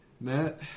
Matt